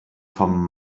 vom